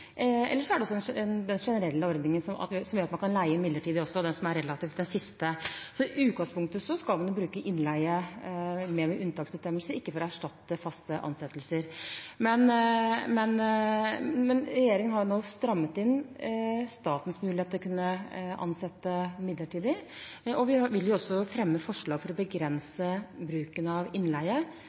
eller hvis det er topper og sesongvariasjoner, som man bl.a. ser i primærnæringene og bygg og anlegg. Ellers er det den generelle ordningen, som gjør at man kan leie inn midlertidig også – det som er relativt det siste. I utgangspunktet skal man bruke innleie som unntaksbestemmelser, ikke for å erstatte faste ansettelser. Regjeringen har nå strammet inn statens mulighet til å kunne ansette midlertidig. Vi vil også fremme forslag for å begrense bruken av innleie,